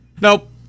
nope